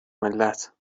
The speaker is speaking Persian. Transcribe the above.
ملت